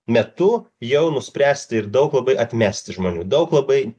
metu jau nuspręsti ir daug labai atmesti žmonių daug labai